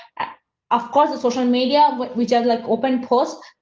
of course, the social media, which are like, open post.